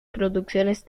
producciones